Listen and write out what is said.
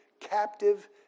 captive